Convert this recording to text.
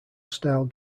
style